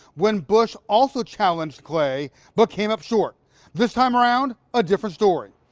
when bush also challenge clay but came up short this time around a different story.